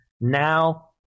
now